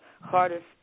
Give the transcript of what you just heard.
hardest